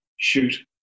shoot